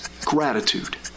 Gratitude